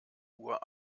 uhr